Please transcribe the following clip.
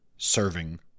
serving